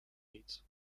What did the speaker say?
needs